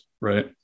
right